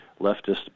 leftist